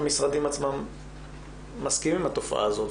המשרדים עצמם מסכימים לתופעה הזו.